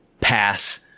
pass